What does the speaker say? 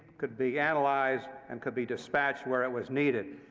could be analyzed, and could be dispatched where it was needed.